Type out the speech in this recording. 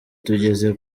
tugeze